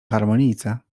harmonijce